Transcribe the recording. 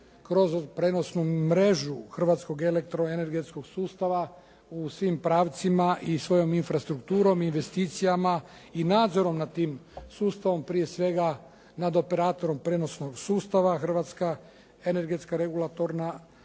kroz prijenosnu mrežu hrvatskog elektroenergetskog sustava u svim pravcima i svojom infrastrukturom i investicijama i nadzorom nad tim sustavom, prije svega nad operatorom prijenosnog sustava. Hrvatska energetska regulatorna